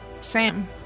Sam